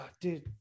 dude